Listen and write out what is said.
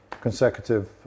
consecutive